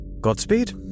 Godspeed